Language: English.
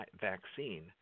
vaccine